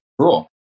Cool